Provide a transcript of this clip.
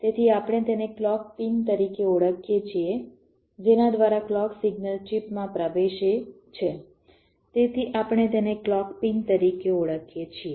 તેથી આપણે તેને ક્લૉક પિન તરીકે ઓળખીએ છીએ જેના દ્વારા ક્લૉક સિગ્નલ ચિપમાં પ્રવેશે છે તેથી આપણે તેને ક્લૉક પિન તરીકે ઓળખીએ છીએ